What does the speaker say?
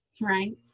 right